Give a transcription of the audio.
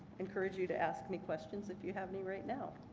encourage you to ask me questions if you have any right now.